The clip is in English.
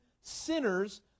sinners